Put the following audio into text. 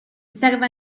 serve